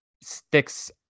sticks